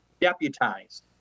deputized